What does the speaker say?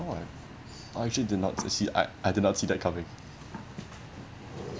why I actually did not see I I do not see that coming